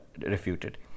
refuted